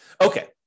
Okay